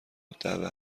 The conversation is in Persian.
الدعوه